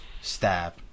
stab